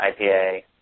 IPA